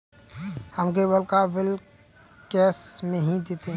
हम केबल का bill cash में ही देते हैं